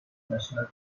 national